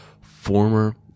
former